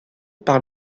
par